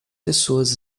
pessoas